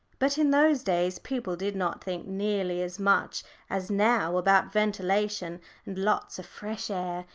but in those days people did not think nearly as much as now about ventilation and lots of fresh air,